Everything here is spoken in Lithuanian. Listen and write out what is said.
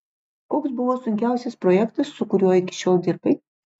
koks buvo sunkiausias projektas su kuriuo iki šiol dirbai